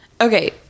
Okay